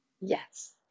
Yes